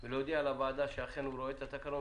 ולהודיע לוועדה שאכן הוא רואה את התקנות